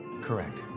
Correct